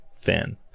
fan